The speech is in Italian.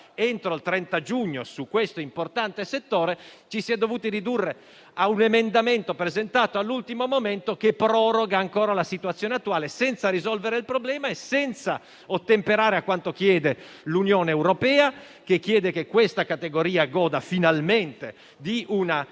entro il 30 giugno su questo importante settore, ci si è dovuti ridurre a un emendamento, presentato all'ultimo momento, che proroga ancora la situazione attuale, senza risolvere il problema, né ottemperare alle richieste dell'Unione europea, che chiede che questa categoria goda finalmente di una